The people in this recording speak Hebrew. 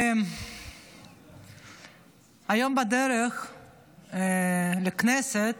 היום בדרך לכנסת